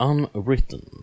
Unwritten